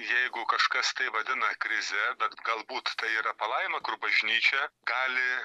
jeigu kažkas tai vadina krize bet galbūt tai yra palaima kur bažnyčia gali